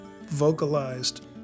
vocalized